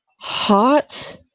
Hot